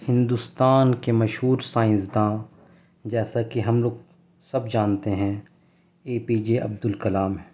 ہندوستان کے مشہور سائنسداں جیسا کہ ہم لوگ سب جانتے ہیں A P J Abdul Kalam ہیں